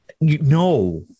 No